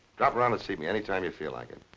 drop around and see me any time you feel like it.